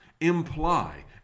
imply